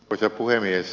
arvoisa puhemies